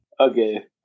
Okay